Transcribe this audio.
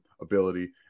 ability